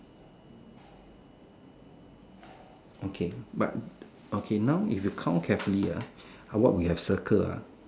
okay but okay now if you count carefully ah what we have circle ah